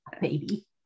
baby